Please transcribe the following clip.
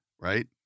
right